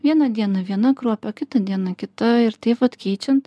vieną dieną viena kruopa kitą dieną kita ir taip vat keičiant